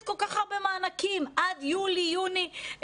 כל כך הרבה מענקים עד יוני-יולי 2021,